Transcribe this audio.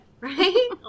Right